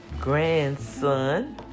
grandson